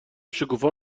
شکوفا